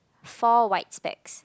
four white stacks